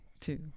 two